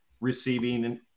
receiving